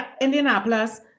Indianapolis